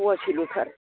फ'वासेल'थार